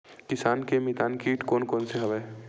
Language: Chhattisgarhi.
किसान के मितान कीट कोन कोन से हवय?